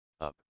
up